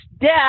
death